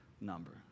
number